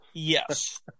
Yes